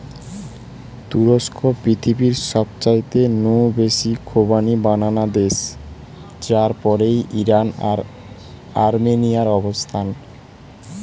তুরস্ক পৃথিবীর সবচাইতে নু বেশি খোবানি বানানা দেশ যার পরেই ইরান আর আর্মেনিয়ার অবস্থান